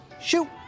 Shoot